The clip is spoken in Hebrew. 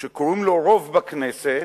שקוראים לו רוב בכנסת,